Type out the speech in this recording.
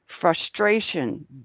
frustration